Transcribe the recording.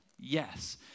Yes